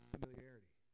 Familiarity